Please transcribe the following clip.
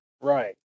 Right